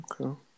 Okay